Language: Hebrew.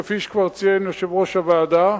כפי שכבר ציין יושב-ראש הוועדה,